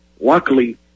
Luckily